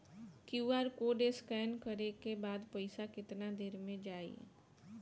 QR code scan न करे क बाद पइसा केतना देर म जाई?